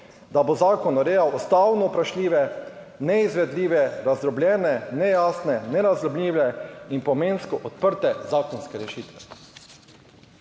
da bo zakon urejal ustavno vprašljive, neizvedljive, razdrobljene, nejasne, nerazumljive in pomensko odprte zakonske rešitve".